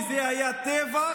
וזה היה טבח